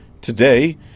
Today